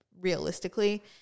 realistically